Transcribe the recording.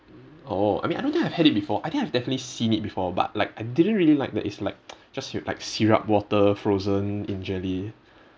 oh I mean I don't think I had it before I think I've definitely seen it before but like I didn't really like that it's like just like syrup water frozen in jelly